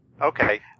Okay